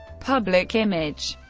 public image